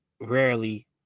Rarely